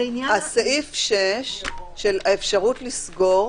סעיף 6 של האפשרות לסגור,